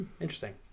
interesting